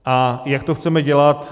A jak to chceme dělat?